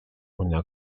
una